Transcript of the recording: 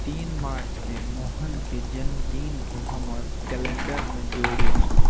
तीन मार्चके मोहनके जन्मदिनके हमर कैलेण्डरमे जोड़ू